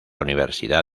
universidad